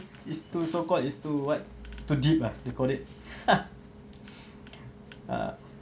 is too so called is too what too deep ah they call it ha ah